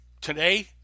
today